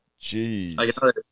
jeez